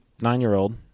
nine-year-old